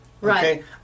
Right